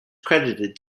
credited